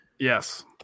Yes